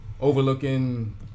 overlooking